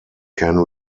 can